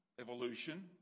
Evolution